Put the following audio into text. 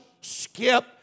skip